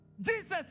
Jesus